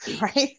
right